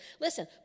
Listen